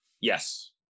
Yes